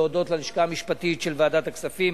להודות ללשכה המשפטית של ועדת הכספים,